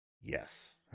yes